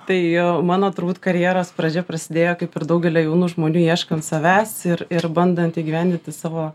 tai mano turbūt karjeros pradžia prasidėjo kaip ir daugelio jaunų žmonių ieškant savęs ir ir bandant įgyvendinti savo